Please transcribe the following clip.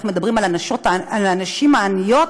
אנחנו מדברים על הנשים העניות,